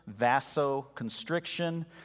vasoconstriction